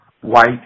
White